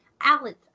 Alex